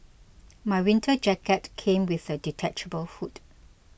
my winter jacket came with a detachable hood